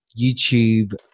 YouTube